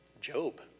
Job